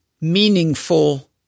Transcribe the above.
meaningful